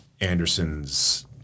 anderson's